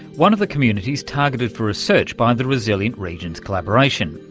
one of the communities targeted for research by the resilient regions collaboration.